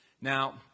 Now